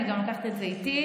אני גם לוקחת את זה איתי.